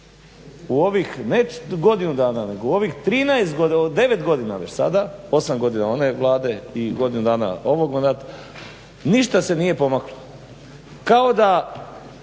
u ovih ne godinu dana, nego u ovih 13 godina, 9 godina već sada, 8 godina one Vlade i godinu dana ovog mandata ništa se nije pomaklo kao da